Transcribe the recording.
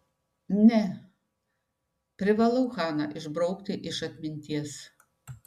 ne privalau haną išbraukti iš atminties